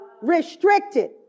restricted